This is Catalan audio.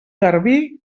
garbí